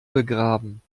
begraben